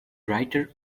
writer